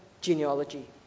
genealogy